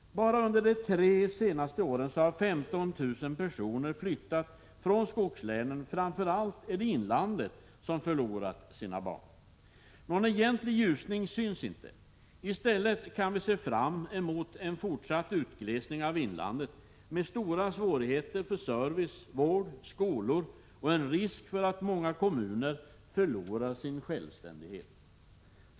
Bara under de tre senaste åren har 15 000 personer flyttat från skogslänen. Framför allt är det inlandet som har förlorat sina barn. Någon egentlig ljusning syns inte. I stället kan vi se fram emot en fortsatt utglesning av inlandet med stora svårigheter för service, vård och skolor. Det finns också en risk för att många kommuner förlorar sin självständighet.